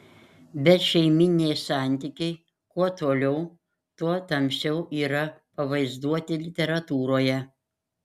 bet šeimyniniai santykiai kuo toliau tuo tamsiau yra pavaizduoti literatūroje